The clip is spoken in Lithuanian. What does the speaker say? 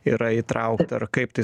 yra įtraukta ar kaip tai